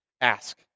Ask